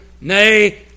nay